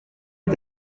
est